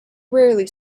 rarely